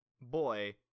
boy